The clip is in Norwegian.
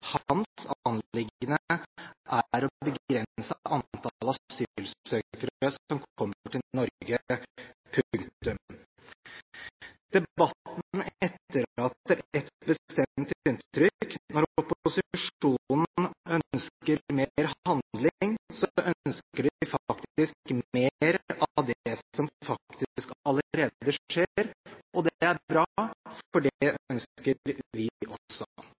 er å begrense antallet asylsøkere som kommer til Norge. Punktum. Debatten etterlater et bestemt inntrykk: Når opposisjonen ønsker mer handling, ønsker de faktisk mer av det som allerede skjer. Og det er bra, for det gjør vi også.